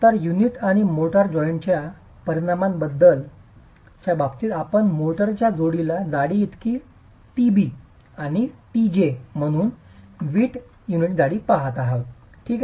तर युनिट आणि मोर्टार जॉइंटच्या परिमाणांच्या बाबतीत आपण मोर्टारच्या जोडणीच्या जाडीइतकी tb आणि tj म्हणून वीट युनिटची जाडी पहात आहोत ठीक आहे